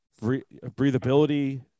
breathability